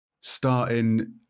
starting